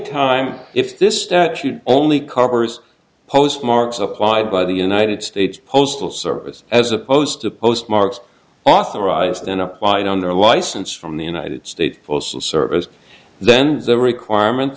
time if this statute only covers a postmark supplied by the united states postal service as opposed to postmarks authorized and applied on their license from the united states postal service then the requirement